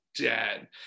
dead